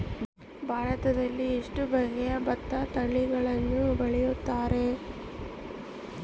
ಭಾರತದಲ್ಲಿ ಎಷ್ಟು ಬಗೆಯ ಭತ್ತದ ತಳಿಗಳನ್ನು ಬೆಳೆಯುತ್ತಾರೆ?